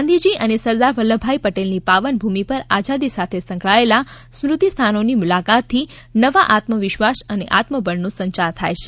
ગાંધીજી અને સરદાર વલ્લભભાઈ પટેલની પાવન ભૂમિ પર આઝાદી સાથે સંકળાયેલા સ્મૃતિ સ્થાનોની મુલાકાતથી નવા આત્મવિશ્વાસ અને આત્મબળનો સંચાર થાય છે